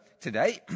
today